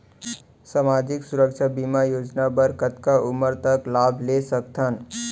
सामाजिक सुरक्षा बीमा योजना बर कतका उमर तक लाभ ले सकथन?